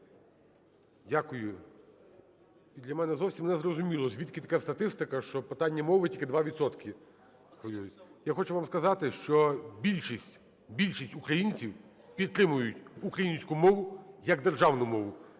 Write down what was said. Дякую. Для мене зовсім не зрозуміло, звідки така статистика, що питання мови тільки 2 відсотки хвилюють. Я хочу вам сказати, що більшість, більшість українців підтримують українську мову як державну мову,